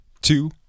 two